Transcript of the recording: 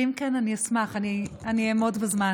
אם כן, אני אשמח ואני אעמוד בזמן.